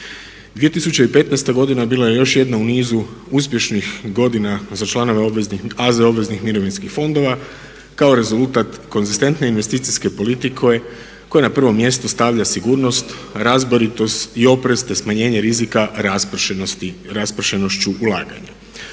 2015. godina bila je još jedna u nizu uspješnih godina za članove AZ mirovinskih fondova kao rezultat konzistentne investicijske politike koja na prvom mjestu stavlja sigurnost, razboritost i …/Govornik se ne razumije./… smanjenje rizika raspršenošću ulaganja.